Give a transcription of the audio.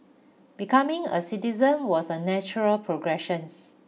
becoming a citizen was a natural progressions